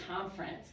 Conference